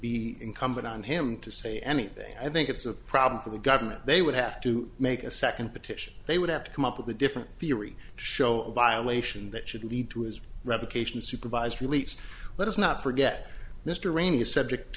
be incumbent on him to say anything i think it's a problem for the government they would have to make a second petition they would have to come up with a different theory show a violation that should lead to his revocation supervised release let's not forget mr rayney is subject